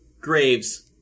Graves